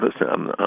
Listen